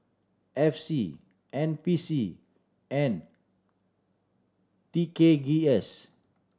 F C N P C and T K G S